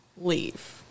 leave